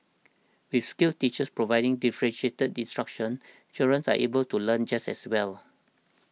with skilled teachers providing differentiated instruction children are able to learn just as well